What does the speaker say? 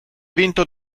vinto